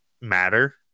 matter